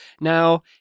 now